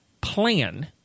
plan